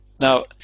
Now